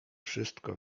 wszystko